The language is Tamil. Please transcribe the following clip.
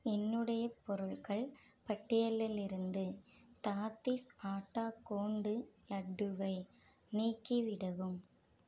என்னுடைய பொருள்கள் பட்டியலிலிருந்து தாதீஸ் ஆட்டா கோன்டு லட்டுவை நீக்கிவிடவும்